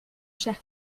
cher